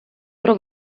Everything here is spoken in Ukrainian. про